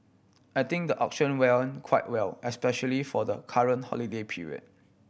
I think the auction quite well especially for the current holiday period